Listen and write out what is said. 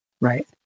Right